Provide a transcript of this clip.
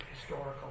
historical